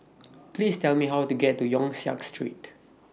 Please Tell Me How to get to Yong Siak Street